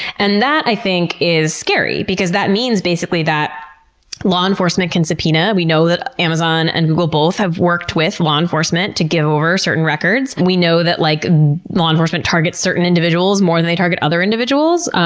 and that, i think, is scary because that means basically that law enforcement can subpoena. we know that amazon and google both have worked with law enforcement to give over certain records. and we know that like law enforcement targets certain individuals more than they target other individuals.